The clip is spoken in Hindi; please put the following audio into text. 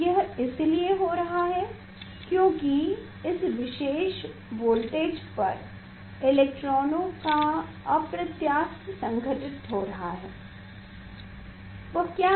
यह इसलिए हो रहा है क्योंकि इस विशेष वोल्टेज पर इलेक्ट्रॉनों का अप्रत्यास्थ संघट्ट हो रहा है वह क्या है